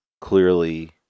clearly